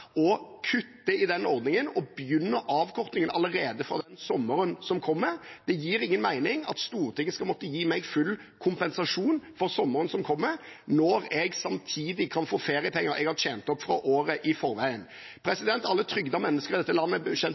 å kutte i den ordningen og begynne avkortingen allerede fra den sommeren som kommer. Det gir ingen mening at Stortinget skal måtte gi meg full kompensasjon for sommeren som kommer, når jeg samtidig kan få feriepenger jeg har tjent opp fra året i forveien. Alle trygdede mennesker i dette landet er